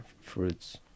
fruits